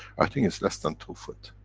i think is less then two foot?